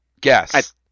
Guess